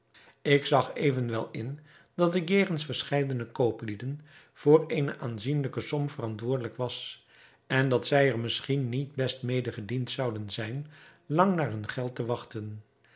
ik zag evenwel in dat ik jegens verscheidene kooplieden voor eene aanzienlijke som verantwoordelijk was en dat zij er misschien niet best mede gediend zouden zijn lang naar hun geld te wachten